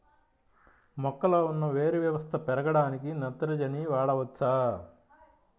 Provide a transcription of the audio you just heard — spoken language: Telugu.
మొక్కలో ఉన్న వేరు వ్యవస్థ పెరగడానికి నత్రజని వాడవచ్చా?